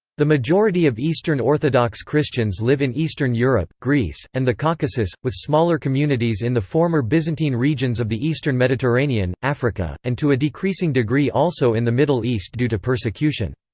the majority of eastern orthodox christians live in eastern europe, greece, and the caucasus, with smaller communities in the former byzantine regions of the eastern mediterranean, africa, and to a decreasing degree also in the middle east due to persecution.